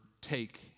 take